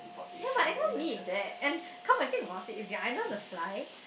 ya but I don't need that and come and think about it if you're under the fly